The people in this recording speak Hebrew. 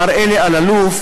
מר אלי אלאלוף,